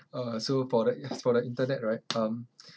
uh so for the as for the internet right um